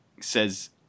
says